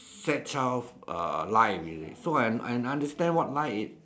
sad childhood uh life you see so I I understand what my it